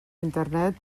internet